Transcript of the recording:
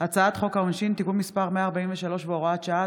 הצעת חוק העונשין (תיקון מס' 143 והוראת שעה),